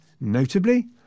Notably